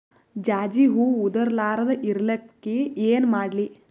ಜಾಜಿ ಹೂವ ಉದರ್ ಲಾರದ ಇರಲಿಕ್ಕಿ ಏನ ಮಾಡ್ಲಿ?